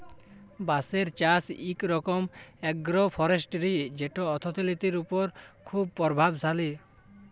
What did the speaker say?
বাঁশের চাষ ইক রকম আগ্রো ফরেস্টিরি যেট অথ্থলিতির উপর খুব পরভাবশালী